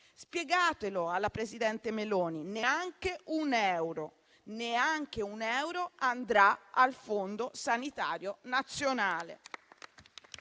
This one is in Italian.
Spiegatelo alla presidente Meloni: neanche un euro andrà al Fondo sanitario nazionale.